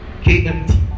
KMT